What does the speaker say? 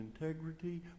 integrity